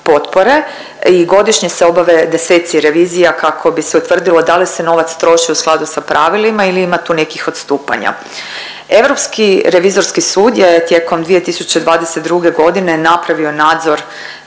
i godišnje se obave deseci revizija kako bi se utvrdilo da li se novac troši u skladu sa pravilima ili tu nekih odstupanja. Europski revizorski sud je tijekom 2022. godine napravio nadzor